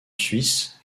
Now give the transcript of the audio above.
suisse